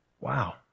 wow